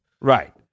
Right